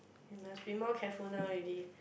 you must be more careful now already